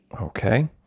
Okay